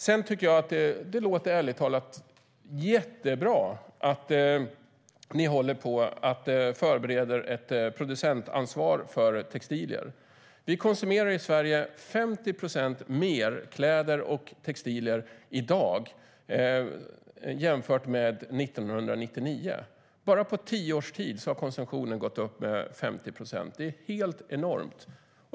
Sedan tycker jag att det ärligt talat låter jättebra att ni håller på och förbereder ett producentansvar för textilier. Vi konsumerar i Sverige 50 procent mer kläder och textilier i dag jämfört med 1999. Bara på drygt tio års tid har konsumtionen gått upp med 50 procent; det är helt enormt.